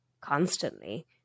constantly